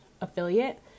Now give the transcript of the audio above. affiliate